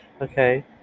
Okay